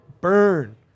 Burn